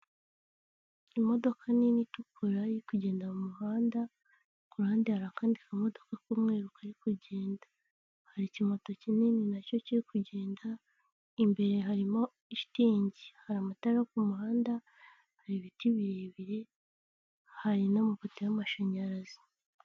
Imodoka nini itukura iri kugenda mu muhanda, ku ruhande hari akandi kamodoka k'umweru kari kugenda, hari ikimoto kinini nacyo kiri kugenda, imbere harimo shitingi, hari amatara ku muhanda, hari ibiti birebire, hari n'amapoto y'amashanyarazi.